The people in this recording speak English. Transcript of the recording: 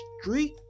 street